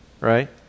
Right